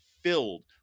filled